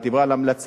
היא דיברה על המלצה,